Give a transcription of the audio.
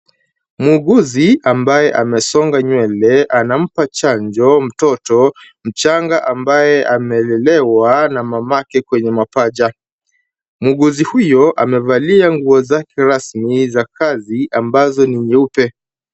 Muuguzi ambaye amesonga nywele anampa chanjo mtoto mchanga ambaye amelelewa na mamake kwenye mapaja. Muuguzi huyo amevalia nguo zake rasmi za kazi ambazo ni nyeupe.